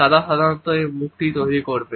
তারা সাধারণত এই মুখটি তৈরি করবে